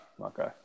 okay